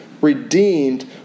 redeemed